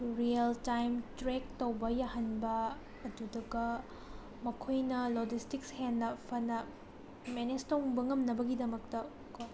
real time track ꯇꯧꯕ ꯌꯥꯍꯟꯕ ꯑꯗꯨꯗꯨꯒ ꯃꯈꯣꯏꯅ ꯂꯣꯖꯤꯁꯇꯤꯛꯁ ꯍꯦꯟꯅ ꯐꯅ ꯃꯦꯅꯦꯖ ꯇꯧꯕ ꯉꯝꯅꯕꯒꯤꯗꯃꯛꯇ ꯀꯣ